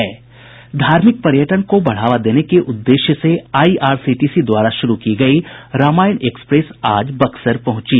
धार्मिक पर्यटन को बढ़ावा देने के उददेश्य से आईआरसीटीसी द्वारा शुरू की गयी रामायण एक्सप्रेस आज बक्सर पहुंची